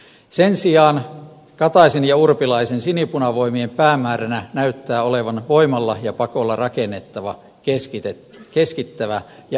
sen sijaan kataisen ja urpilaisen sinipunavoimien päämääränä näyttää olevan voimalla ja pakolla rakennettava keskittävä ja eriarvoinen suomi